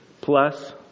Plus